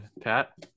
Pat